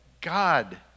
God